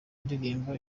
ndirimbo